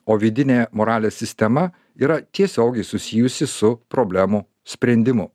o vidinė moralės sistema yra tiesiogiai susijusi su problemų sprendimu